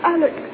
Alex